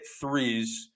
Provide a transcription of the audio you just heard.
threes